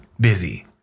busy